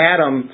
Adam